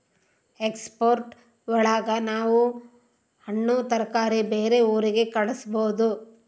export ಒಳಗ ನಾವ್ ಹಣ್ಣು ತರಕಾರಿ ಬೇರೆ ಊರಿಗೆ ಕಳಸ್ಬೋದು